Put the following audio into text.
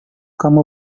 kamu